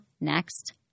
Next